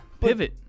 Pivot